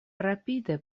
rapide